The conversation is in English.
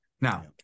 Now